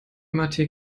mrt